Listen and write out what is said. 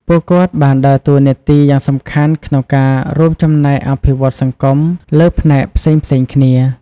ពួកគាត់បានដើរតួនាទីយ៉ាងសំខាន់ក្នុងការរួមចំណែកអភិវឌ្ឍសង្គមលើផ្នែកផ្សេងៗគ្នា។